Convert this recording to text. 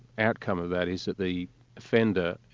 outcome of that is that the offender,